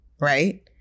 right